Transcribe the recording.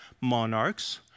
monarchs